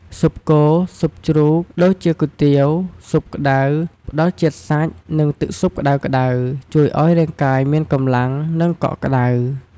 ស៊ុបគោ ស៊ុបជ្រូក ដូចជា គុយទាវ ស៊ុបក្ដៅ ផ្តល់ជាតិសាច់ និងទឹកស៊ុបក្តៅៗ ជួយឱ្យរាងកាយមានកម្លាំង និងកក់ក្តៅ។